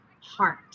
heart